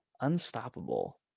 Unstoppable